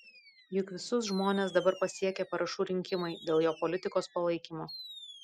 juk visus žmones dabar pasiekia parašų rinkimai dėl jo politikos palaikymo